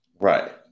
Right